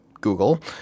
Google